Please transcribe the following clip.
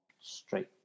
straight